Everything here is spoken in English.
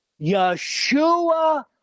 Yeshua